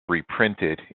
reprinted